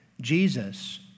Jesus